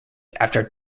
after